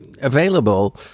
available